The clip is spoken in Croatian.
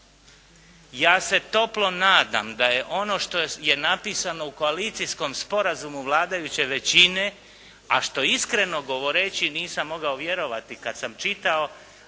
Ja se toplo nadam da je ono što je napisano u koalicijskom sporazumu vladajuće većine, a što iskreno govoreći, nisam mogao vjerovati kad sam čitao,